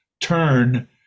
turn